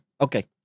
okay